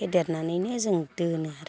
फेदेरनानैनो जों दोनो आरो